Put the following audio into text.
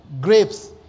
grapes